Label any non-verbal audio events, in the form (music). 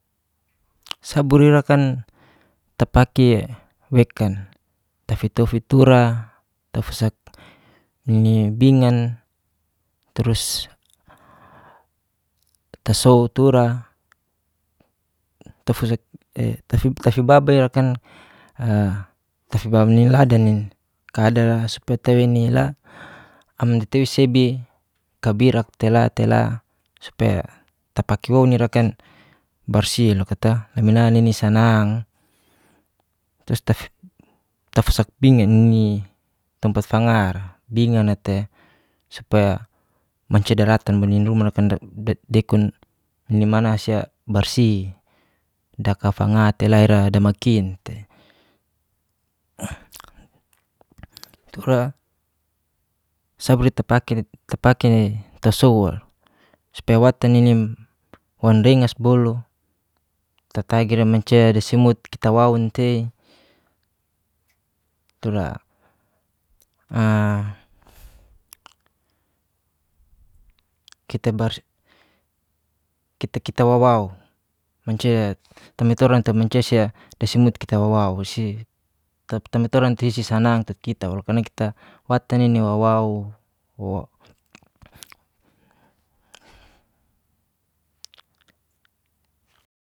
Saburi'ra kan tapaki'e wekan tafitofi tura tafasat nibingan trus tasoutura (unintelligible) tafibaba ira kan (hesitation) tafibabani ladanin kadara supaya tei wenila amdi tei sebi kabirak tela tela supaya tapakewou nirakan barsi loka to lamina nini sanang trus (hesitation) tafasakpingani'ni tempat fangar bingana tei supaya mancia daratan banin ruma (unintelligible) dekon nimanasia barsi daka fanga teila ira damakin tei. Tura saburi tapake tasou'ra supaya watan nini wan dengas bolo tatatagi de mancia de semut itawaun tei, tura (hesitation) kita kita wawaou, mancia (unintelligible) de semut kita wawaou, tapi tamatoran (unintelligible) karna kita watan nini wawaou. (hesitation)